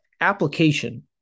application